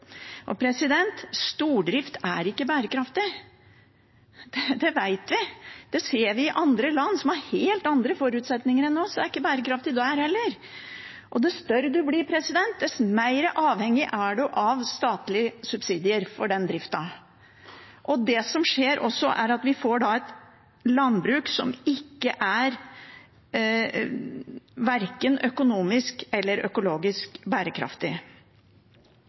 Stordrift er ikke bærekraftig. Det vet vi, det ser vi i andre land som har helt andre forutsetninger enn oss. Det er ikke bærekraftig der heller. Dess større en blir, dess mer avhengig er en av statlige subsidier for den driften. Det som også skjer da, er at vi får et landbruk som er verken økonomisk eller økologisk bærekraftig.